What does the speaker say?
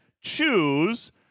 choose